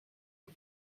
him